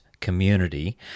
community